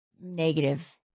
negative